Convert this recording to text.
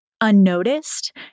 unnoticed